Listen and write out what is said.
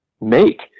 make